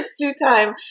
two-time